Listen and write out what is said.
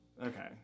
Okay